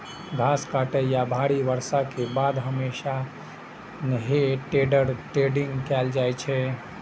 घास काटै या भारी बर्षा के बाद हमेशा हे टेडर टेडिंग कैल जाइ छै